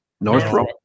Northrop